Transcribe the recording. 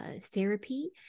therapy